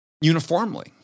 uniformly